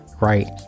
right